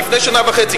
לפני שנה וחצי,